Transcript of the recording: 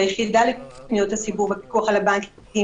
ליחידה לפניות הציבור בפיקוח על הבנקים,